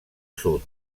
sud